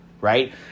right